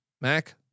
Mac